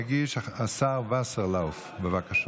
יגיש השר וסרלאוף, בבקשה.